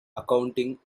accounting